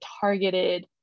targeted